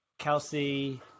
Kelsey